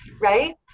right